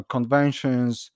Conventions